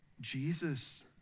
Jesus